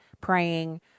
praying